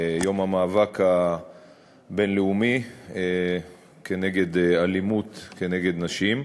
יום המאבק הבין-לאומי כנגד אלימות נגד נשים,